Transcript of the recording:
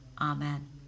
Amen